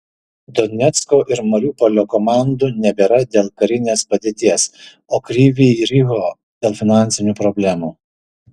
donecko ir mariupolio komandų nebėra dėl karinės padėties o kryvyj riho dėl finansinių problemų